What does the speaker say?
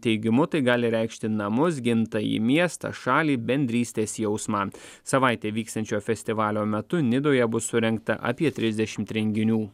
teigimu tai gali reikšti namus gimtąjį miestą šalį bendrystės jausmą savaitę vyksiančio festivalio metu nidoje bus surengta apie trisdešimt renginių